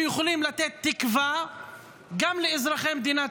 שיכולים לתת תקווה גם לאזרחי מדינת